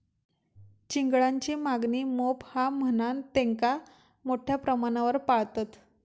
चिंगळांची मागणी मोप हा म्हणान तेंका मोठ्या प्रमाणावर पाळतत